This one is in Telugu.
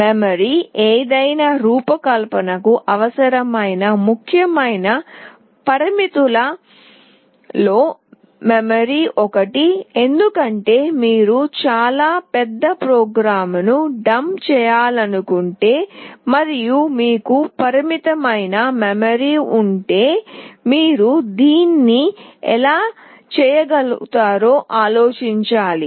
మెమరీ ఏదైనా రూపకల్పనకు అవసరమైన ముఖ్యమైన పరిమితుల లో మెమరీ ఒకటి ఎందుకంటే మీరు చాలా పెద్ద ప్రోగ్రామ్ను డంప్ చేయాలనుకుంటే మరియు మీకు పరిమితమైన మెమరీ ఉంటే మీరు దీన్ని ఎలా చేయగలుగుతారో ఆలోచించాలి